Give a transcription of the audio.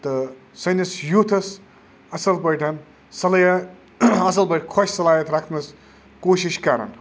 تہٕ سٲنِس یوٗتھَس اصٕل پٲٹھۍ صلاحیہ اصٕل پٲٹھۍ خۄش صلاحیت رَکھنَس کوٗشِش کَریٚن